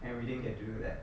and we didn't get to do that